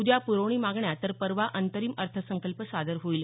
उद्या पुरवणी मागण्या तर परवा अंतरिम अर्थसंकल्प सादर होईल